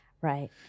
Right